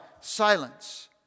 silence